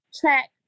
track